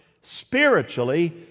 spiritually